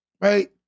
right